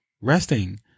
resting